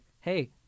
hey